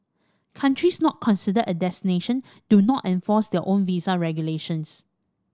countries not considered a destination do not enforce their own visa regulations